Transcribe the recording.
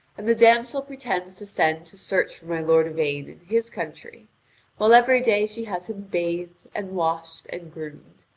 and the damsel pretends to send to search for my lord yvain in his country while every day she has him bathed, and washed, and groomed.